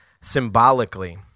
symbolically